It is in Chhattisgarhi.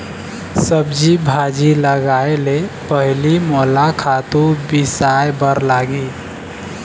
सब्जी भाजी लगाए ले पहिली मोला खातू बिसाय बर परही